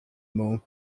more